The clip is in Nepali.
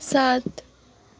सात